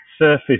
surface